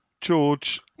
George